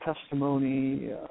testimony